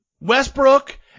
Westbrook